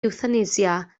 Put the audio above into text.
ewthanasia